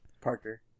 Parker